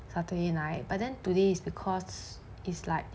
saturday night but then today's is because is like